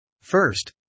First